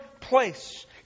place